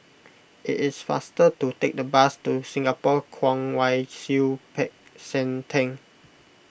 it is faster to take the bus to Singapore Kwong Wai Siew Peck San theng